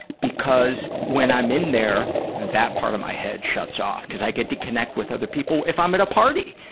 because when i'm in there, that part of my head shuts off, cuz i get to connect with other people. if i'm at a party,